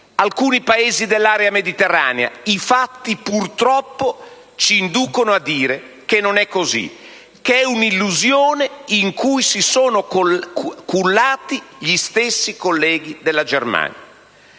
alcuni Paesi dell'area mediterranea. I fatti purtroppo ci inducono a dire che non è così, che è una illusione nella quale si sono cullati gli stessi colleghi della Germania.